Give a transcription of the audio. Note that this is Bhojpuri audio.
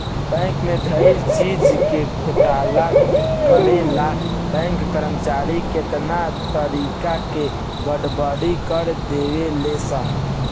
बैंक में धइल चीज के घोटाला करे ला बैंक कर्मचारी कितना तारिका के गड़बड़ी कर देवे ले सन